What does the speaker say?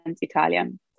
Italian